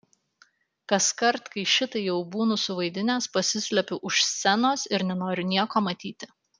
kaskart kai šitai jau būnu suvaidinęs pasislepiu už scenos ir nenoriu nieko matyti